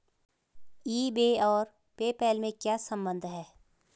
ई बे और PayPal में क्या संबंध है?